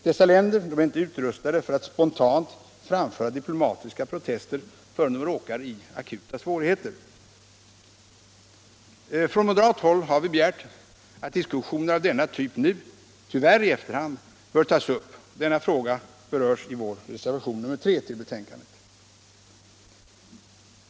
Dessa länder är inte utrustade för att spontant framföra diplomatiska protester förrän de råkar i akuta svårigheter. Från moderat håll har vi begärt att diskussioner av berörda typ nu - tyvärr i efterhand — bör tas upp. Denna fråga berörs i vår reservation nr 3 till betänkandet.